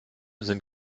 sind